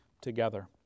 together